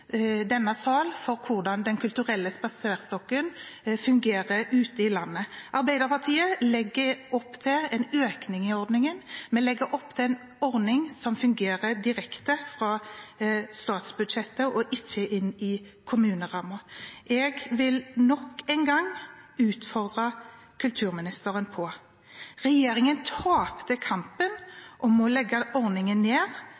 landet. Arbeiderpartiet legger opp til en økning i ordningen. Vi legger opp til en ordning som fungerer direkte fra statsbudsjettet og ikke i kommunerammen. Jeg vil nok en gang utfordre kulturministeren: Regjeringen tapte kampen om å legge ordningen ned,